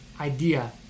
idea